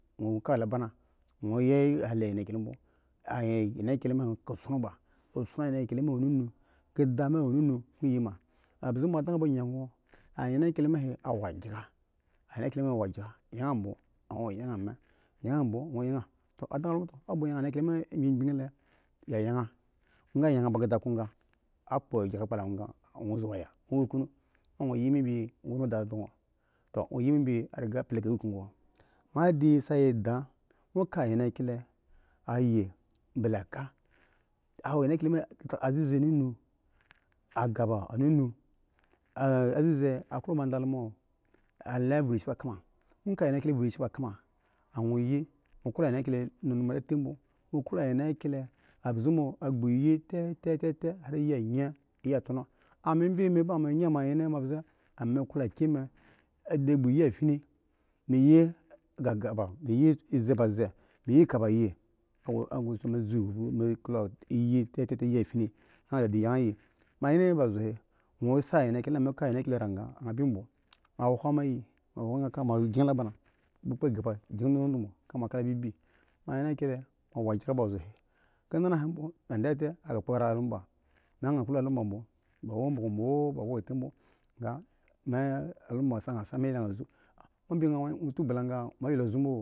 mo ya digi gya mi awo ba mbra anyen anyen sra a kye ba angon anyen he awo bwo kpo a kpa le kpo kya ink keda ado mi he bwo keda he awo leze bmo weda a di mi awo raren adi ma ngen ba zo he din ghon kotono bmo mo ya di ga gya m hi mo vu a kye la kpakpren ba dwo yga kye bmo ang yi keda ba vu kye ba otomo me he da awo yan nwo lo me bmo keda me he mo sisi ma lome bmo anko lomi bmo nwo klo a di mi he a yan lo bmo keda me he mo sisi ma mo rita mori edga keda to yan a kya awo laze bmo amo adalomo nwo lomi bmo lele mgbi ga wo mgbi to a bwo ghen ada adebo sa nwo keda he kpo a kya ma a bi ble ka akpe kpa ibrahim a loma di anyen ba ya yan akye me a kyre ge anyen loma a mi ba yang ga a bme kanu andan ga fon kanu raren da anyen a din mo nyen ba zo he kno akye ga di ka keda ada mi keda he awo raren keda he awo raren bwo a kana di ka to bo aka anyen kyle ran ga ma anyen kyile a ran esson a ka agma li kigga anyen lyile mi ran ejon a ka anyenkyile khomo miyi ga mi mi ran edom.